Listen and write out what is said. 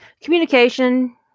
Communication